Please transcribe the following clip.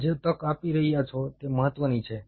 તમે જે તક આપી રહ્યા છો તે મહત્વની છે